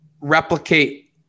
replicate